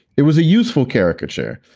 it was a useful caricature,